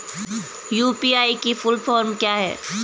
UPI की full form क्या है?